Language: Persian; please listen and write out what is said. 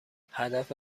هدف